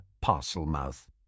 parcel-mouth